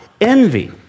envy